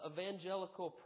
Evangelical